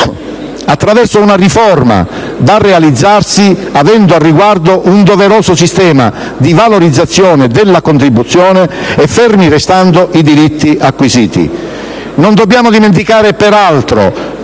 attraverso una riforma, da realizzarsi avendo al riguardo un doveroso sistema di valorizzazione della contribuzione e fermi restando i diritti acquisiti. Non dobbiamo dimenticare peraltro